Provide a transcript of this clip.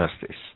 justice